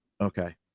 okay